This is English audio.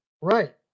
Right